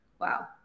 Wow